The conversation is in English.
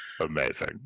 Amazing